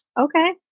okay